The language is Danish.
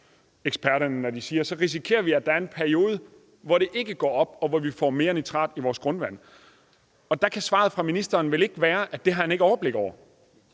eksperter har, når de siger, at så risikerer vi, at der er en periode, hvor det ikke går op, og hvor vi får mere nitrat i vores grundvand. Der kan svaret fra ministeren vel ikke være, at det har han ikke overblik over.